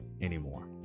anymore